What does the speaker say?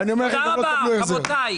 רבותיי.